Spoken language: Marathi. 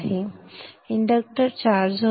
इंडक्टर चार्ज होतो आणि असेच चित्र